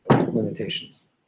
limitations